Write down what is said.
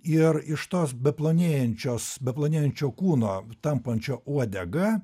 ir iš tos beplonėjančios beplonėjančio kūno tampančio uodega